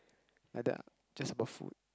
like that ah just about food